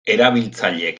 erabiltzaileek